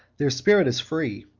their spirit is free,